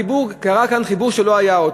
שקרה כאן חיבור שלא היה פעם,